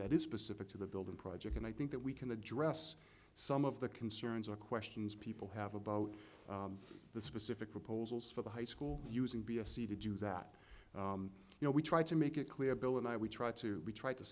that is specific to the building project and i think that we can address some of the concerns or questions people have about the specific proposals for the high school using b a c to do that you know we try to make it clear bill and i we try to we tr